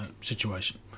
situation